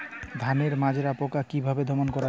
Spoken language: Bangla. ধানের মাজরা পোকা কি ভাবে দমন করা যাবে?